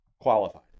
qualified